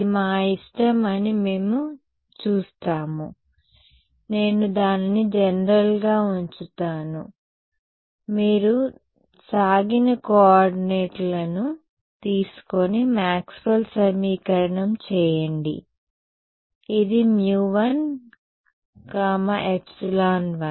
ఇది మా ఇష్టం అని మేము చూస్తాము నేను దానిని జనరల్గా ఉంచాను మీరు సాగిన కోఆర్డినేట్లను తీసుకొని మాక్స్వెల్ సమీకరణం చేయండి ఇది μ 1 ε1